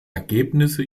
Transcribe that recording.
ergebnisse